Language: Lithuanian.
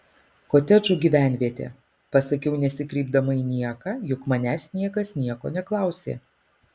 kotedžų gyvenvietė pasakiau nesikreipdama į nieką juk manęs niekas nieko neklausė